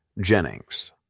Jennings